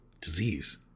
disease